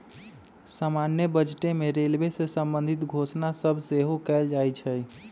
समान्य बजटे में रेलवे से संबंधित घोषणा सभ सेहो कएल जाइ छइ